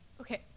Okay